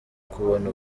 kubona